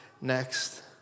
next